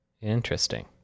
Interesting